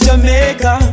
Jamaica